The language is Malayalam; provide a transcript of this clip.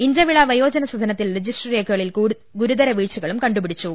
ഇഞ്ചവിള വയോജന സദ്നത്തിൽ രജിസ്റ്റർ രേ ഖകളിൽ ഗുരുതര വീഴ്ചകളും കണ്ടുപിടിച്ചു